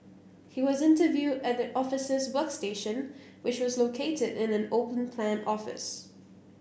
he was interviewed at the officers workstation which was located in an open plan office